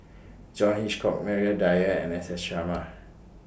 John Hitchcock Maria Dyer and S S Sarma